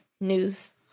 news